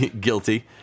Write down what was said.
Guilty